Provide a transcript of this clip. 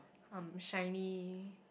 um SHINee